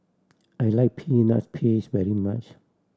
I like peanuts paste very much